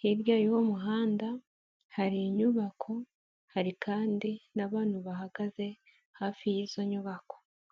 hirya y'uwo muhanda hari inyubako, hari kandi n'abantu bahagaze hafi y'izo nyubako.